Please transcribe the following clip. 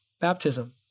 baptism